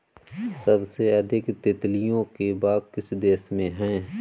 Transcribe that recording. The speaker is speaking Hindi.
सबसे अधिक तितलियों के बाग किस देश में हैं?